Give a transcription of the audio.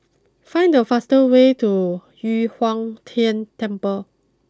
find the fastest way to Yu Huang Tian Temple